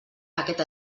aquest